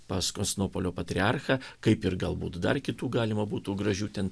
pas konstantinopolio patriarchą kaip ir galbūt dar kitų galima būtų gražių ten